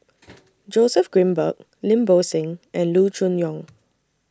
Joseph Grimberg Lim Bo Seng and Loo Choon Yong